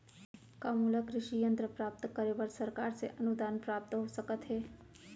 का मोला कृषि यंत्र प्राप्त करे बर सरकार से अनुदान प्राप्त हो सकत हे?